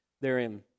therein